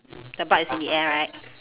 the butt is in the air right